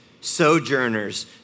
sojourners